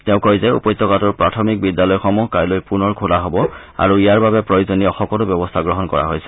তেওঁ কয় যে উপত্যকাটোৰ প্ৰাথমিক বিদ্যালয়সমূহ কাইলৈ পুনৰ খোলা হ'ব আৰু ইয়াৰ বাবে প্ৰয়োজনীয় সকলো ব্যৱস্থা গ্ৰহণ কৰা হৈছে